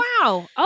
Wow